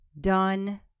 Done